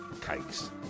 cakes